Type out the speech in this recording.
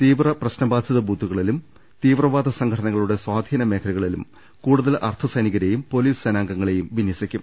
തീവ്രപ്രശ്ന ബാധിത് ബൂത്തുകളിലും തീവ്രവാദ സംഘടനകളുടെ സ്വാധീന മേഖലകളിലും കൂടുതൽ അർദ്ധസൈ നികരെയും പൊലീസ് സേനാംഗങ്ങളെയും വിന്യസിക്കും